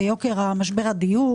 ביוקר משבר הדיור